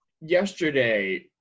yesterday